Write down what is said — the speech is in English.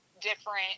different